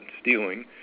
stealing